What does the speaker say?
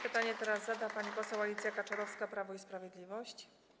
Pytanie teraz zada pani poseł Alicja Kaczorowska, Prawo i Sprawiedliwość.